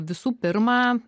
visų pirma